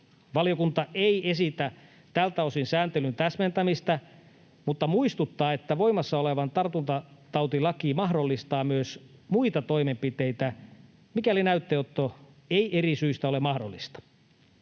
Valiokunta ei esitä tältä osin sääntelyn täsmentämistä mutta muistuttaa, että voimassa oleva tartuntatautilaki mahdollistaa myös muita toimenpiteitä, mikäli näytteenotto ei eri syistä ole mahdollista.